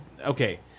Okay